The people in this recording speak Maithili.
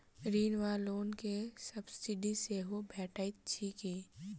ऋण वा लोन केँ सब्सिडी सेहो भेटइत अछि की?